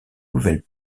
nouvelles